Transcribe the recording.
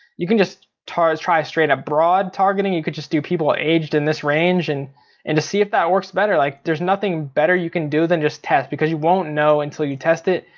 you can just try straight up broad targeting, you could just do people aged in this range. and and just see if that works better, like there's nothing better you can do than just test, because you won't know until you test it.